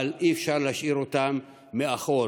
אבל אי-אפשר להשאיר אותה מאחור.